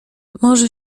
morze